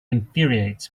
infuriates